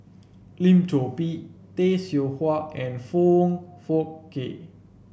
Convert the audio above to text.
Lim Chor Pee Tay Seow Huah and Foong Fook Kay